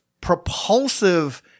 propulsive